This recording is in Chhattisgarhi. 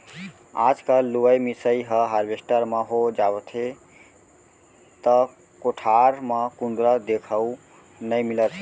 आजकल लुवई मिसाई ह हारवेस्टर म हो जावथे त कोठार म कुंदरा देखउ नइ मिलत हे